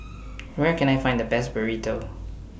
Where Can I Find The Best Burrito